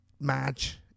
match